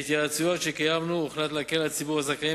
בהתייעצות שקיימתי הוחלט להקל על ציבור הזכאים